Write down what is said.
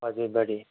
हजुर बडी